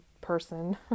person